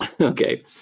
Okay